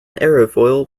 aerofoil